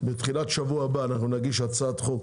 בתחילת שבוע הבא נגיש הצעת חוק